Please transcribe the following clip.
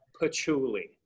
patchouli